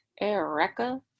Eureka